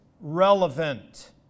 relevant